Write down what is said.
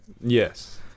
Yes